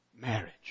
Marriage